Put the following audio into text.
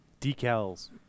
Decals